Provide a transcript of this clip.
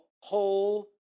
whole